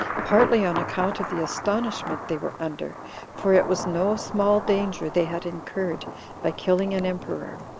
partly on account of the astonishment they were under for it was no small danger they had incurred by killing an emperor,